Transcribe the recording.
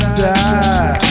die